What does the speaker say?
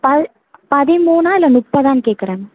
பதிமூணா இல்லை முப்பதான்னு கேக்குறேன்